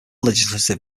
legislative